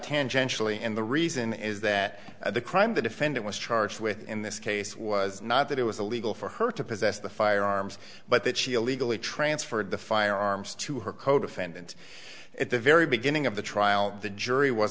tangentially and the reason is that the crime the defendant was charged with in this case was not that it was illegal for her to possess the firearms but that she illegally transferred the firearms to her codefendant at the very beginning of the trial the jury was